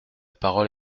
parole